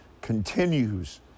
continues